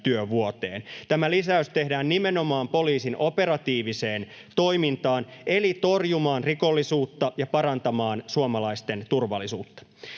Tämä lisäys tehdään nimenomaan poliisin operatiiviseen toimintaan eli torjumaan rikollisuutta ja parantamaan suomalaisten turvallisuutta.